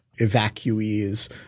evacuees